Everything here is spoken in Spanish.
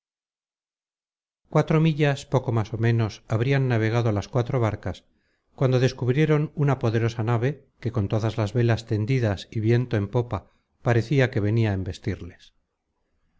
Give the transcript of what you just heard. cuatro millas poco más ó ménos habrian navegado las cuatro barcas cuando descubrieron una poderosa nave que con todas las velas tendidas y viento en popa parecia que venia á